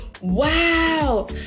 wow